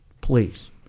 Please